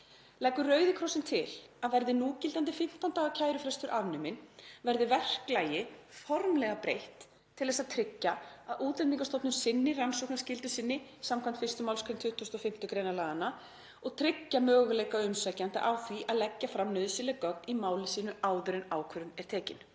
Leggur Rauði krossinn til að verði núgildandi 15 daga kærufrestur afnuminn verði verklagi formlega breytt til þess að tryggja að Útlendingastofnun sinni rannsóknarskyldu sinni samkvæmt 1. mgr. 25. gr. útlendingalaga og tryggi möguleika umsækjenda á því að leggja fram nauðsynleg gögn í máli sínu áður en ákvörðun er tekin.“